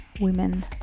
women